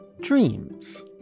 dreams